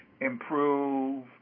improve